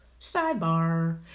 Sidebar